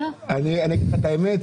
אגיד לך את האמת.